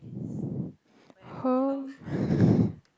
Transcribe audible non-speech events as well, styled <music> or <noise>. <breath> ho <breath>